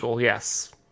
yes